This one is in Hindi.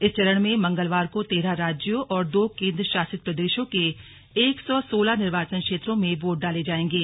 इस चरण में मंगलवार को तेरह राज्यों और दो केन्द्र शासित प्रदेशों के एक सौ सोलह निर्वाचन क्षेत्रों में वोट डाले जायेंगे